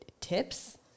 tips